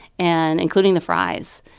and including the fries.